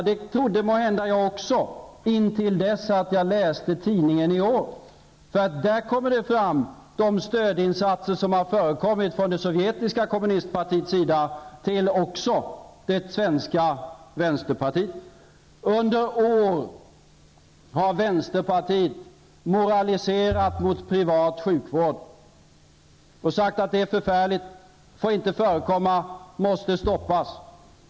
Det trodde måhända jag också intill dess att jag i tidningen i går läste om de stödinsatser som har förekommit från det sovjetiska kommunistpartiets sida, även gentemot det svenska vänsterpartiet. I åratal har vänsterpartiet moraliserat mot privat sjukvård och sagt att det är förfärligt, att det inte får förekomma och att det måste stoppas.